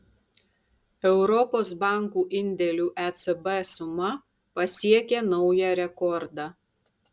europos bankų indėlių ecb suma pasiekė naują rekordą